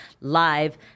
live